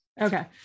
Okay